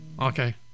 Okay